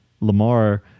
Lamar